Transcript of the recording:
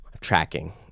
tracking